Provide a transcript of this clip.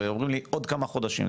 ואומרים לי עוד כמה חודשים.